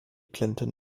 clinton